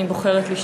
אני בוחרת לשתוק.